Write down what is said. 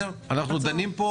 אנחנו דנים פה